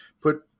put